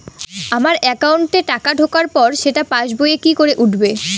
আমার একাউন্টে টাকা ঢোকার পর সেটা পাসবইয়ে কি করে উঠবে?